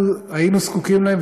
אנחנו היינו זקוקים להם,